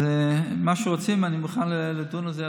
אז אני מוכן לדון על זה,